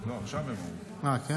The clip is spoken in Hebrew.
לא, הם אומרים עכשיו.